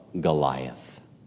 Goliath